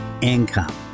income